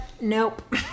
Nope